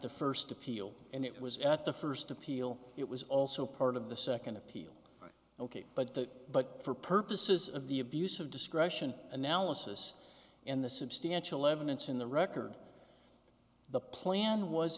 the first appeal and it was at the first appeal it was also part of the second appeal ok but the but for purposes of the abuse of discretion analysis and the substantial evidence in the record the plan was